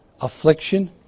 affliction